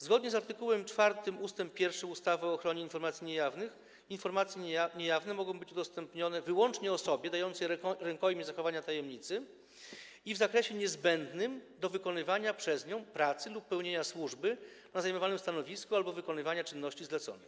Zgodnie z art. 4 ust. 1 ustawy o ochronie informacji niejawnych informacje niejawne mogą być udostępnione wyłącznie osobie dającej rękojmię zachowania tajemnicy i w zakresie niezbędnym do wykonywania przez nią pracy lub pełnienia służby na zajmowanym stanowisku albo wykonywania czynności zleconych.